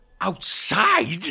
Outside